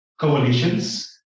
coalitions